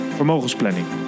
vermogensplanning